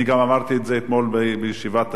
אני גם אמרתי את זה אתמול בישיבת הסיעה: